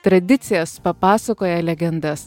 tradicijas papasakoja legendas